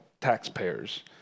taxpayers